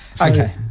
okay